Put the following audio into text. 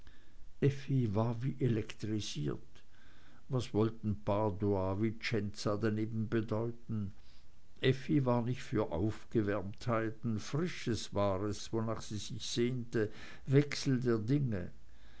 war wie elektrisiert was wollten padua vicenza daneben bedeuten effi war nicht für aufgewärmtheiten frisches war es wonach sie sich sehnte wechsel der dinge